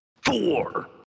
Four